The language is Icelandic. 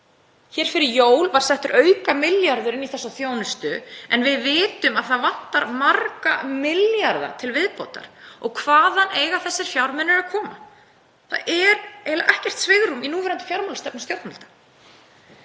Hér fyrir jól var settur aukamilljarður inn í þessa þjónustu en við vitum að það vantar marga milljarða til viðbótar. Og hvaðan eiga þeir fjármunir að koma? Það er ekkert svigrúm í núverandi fjármálastefnu stjórnvalda